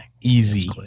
Easy